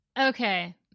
Okay